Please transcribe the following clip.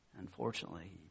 Unfortunately